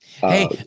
hey